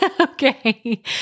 Okay